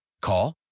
Call